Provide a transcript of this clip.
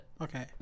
Okay